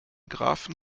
grafen